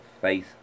face